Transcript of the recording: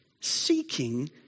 seeking